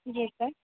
जी sir